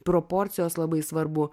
proporcijos labai svarbu